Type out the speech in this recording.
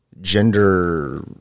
gender